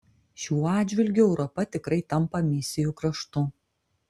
šiuo atžvilgiu europa tikrai tampa misijų kraštu